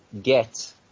get